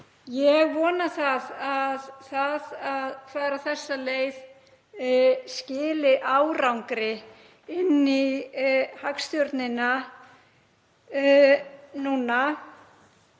Ég vona að það að fara þessa leið skili árangri inn í hagstjórnina núna